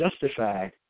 justified